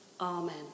Amen